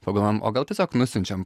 pagalvojom o gal tiesiog nusiunčiam